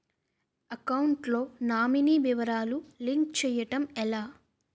Account లో nominee వివరాలు link చేయటం ఎలా?